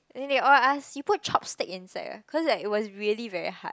then they all ask you put chopstick inside ah cause like it was really very hard